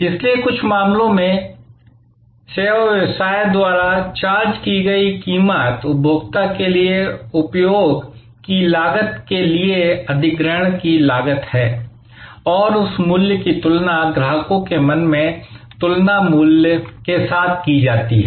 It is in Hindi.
इसलिए कुछ मामलों में इसलिए सेवा व्यवसाय द्वारा चार्ज की गई कीमत उपभोक्ता के लिए उपयोग की लागत के लिए अधिग्रहण की लागत है और उस मूल्य की तुलना ग्राहकों के मन में तुलना मूल्य के साथ की जाती है